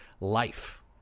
life